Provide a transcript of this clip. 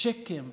צ'קים,